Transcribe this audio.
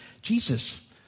Jesus